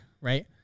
right